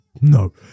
No